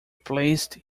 placed